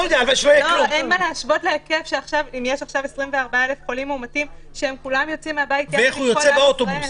אין מה להשוות להיקף של 24,000 חולים מאומתים שיוצאים כולם כדי להצביע.